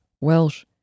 Welsh